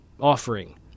offering